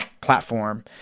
platform